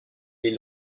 les